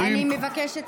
אני מבקשת,